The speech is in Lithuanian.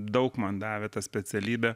daug man davė ta specialybė